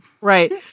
Right